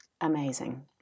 Amazing